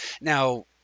now